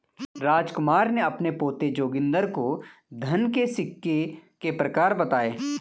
रामकुमार ने अपने पोते जोगिंदर को धन के सिक्के के प्रकार बताएं